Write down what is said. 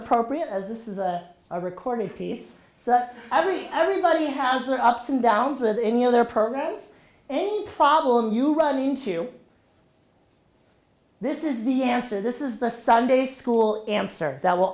appropriate as this is a recorded piece so every everybody has their ups and downs with any of their programs any problem you run into this is the answer this is the sunday school answer that will